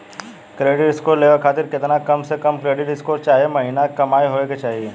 Credit card लेवे खातिर केतना कम से कम क्रेडिट स्कोर चाहे महीना के कमाई होए के चाही?